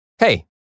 Hey